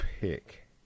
pick